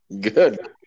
good